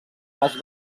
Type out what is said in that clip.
les